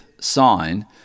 sign